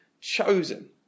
chosen